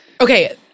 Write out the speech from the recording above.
okay